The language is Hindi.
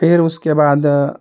फ़िर उसके बाद